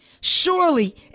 Surely